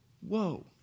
Whoa